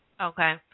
Okay